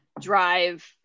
drive